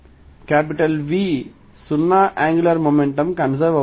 V 0 angular momentum conserve అవుతుంది